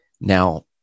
Now